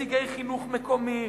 נציגי חינוך מקומי,